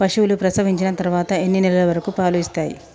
పశువులు ప్రసవించిన తర్వాత ఎన్ని నెలల వరకు పాలు ఇస్తాయి?